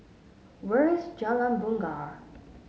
where is Jalan Bungar